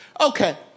Okay